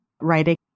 writing